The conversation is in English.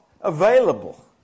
available